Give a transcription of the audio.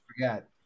forget